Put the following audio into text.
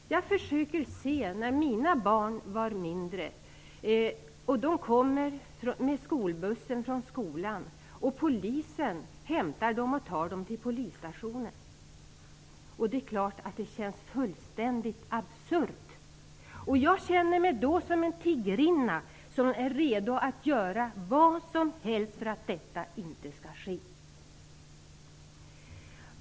Jag försöker se mina egna barn när de var mindre komma med skolbussen från skolan, bli hämtade av polisen och tagna till polisstationen. Det är klart att det känns fullständigt absurt. Jag känner mig då som en tigrinna som är redo att göra vad som helst för att detta inte skall ske.